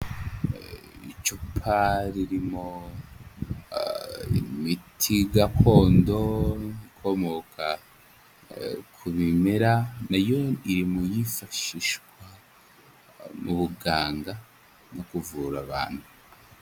Icupa ririmo imiti gakondo ikomoka ku bimera, na yo iri mu yifashishwa mu buganga mu kuvura abantu.